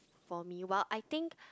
for me while I think